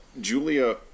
Julia